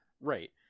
Right